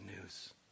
news